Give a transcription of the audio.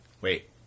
wait